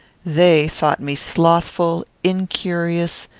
they thought me slothful, incurious,